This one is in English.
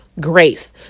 grace